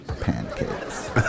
Pancakes